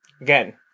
again